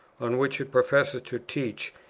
on which it professes to teach,